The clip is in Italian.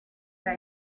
tra